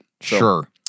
Sure